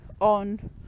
on